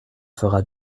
fera